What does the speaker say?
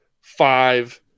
five